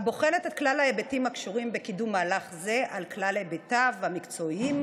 הבוחנת את כלל ההיבטים הקשורים בקידום מהלך זה על כלל היבטיו המקצועיים,